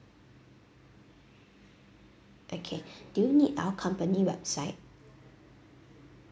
okay do you need our company website